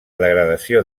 degradació